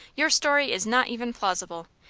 your story is not even plausible.